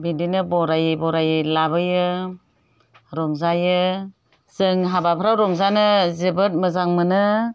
दिनो बरायै बरायै लाबोयो रंजायो जों हाबाफ्राव रंजानो जोबोद मोजां मोनो